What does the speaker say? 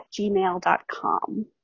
gmail.com